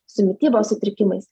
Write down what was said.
su mitybos sutrikimais